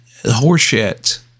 horseshit